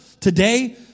today